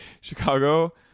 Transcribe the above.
Chicago